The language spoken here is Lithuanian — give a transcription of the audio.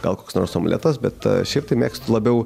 gal koks nors omletas bet šiaip tai mėgstu labiau